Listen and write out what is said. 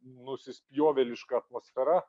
nusispjovėliška atmosfera